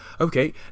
okay